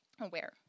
aware